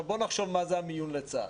בואו ונחשוב מזה המיון לצה"ל.